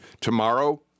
tomorrow